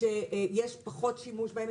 שיש פחות שימוש בהם,